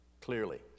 clearly